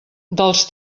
dels